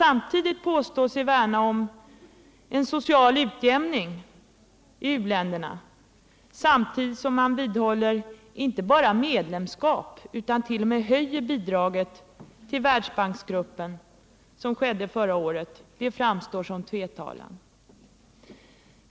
Att påstå sig värna om en social utjämning i tredje världens länder samtidigt som man vidhåller inte bara medlemskap utan t.o.m. höjer bidraget till gruppen som skedde förra året framstår som tvetalan.